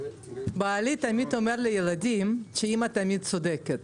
בעלי תמיד אומר לילדים שאימא תמיד צודקת.